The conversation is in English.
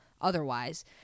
otherwise